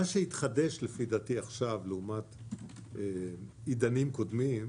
מה שהתחדש לפי דעתי עכשיו לעומת עידנים קודמים,